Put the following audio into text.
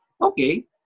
Okay